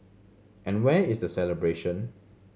and where is the celebration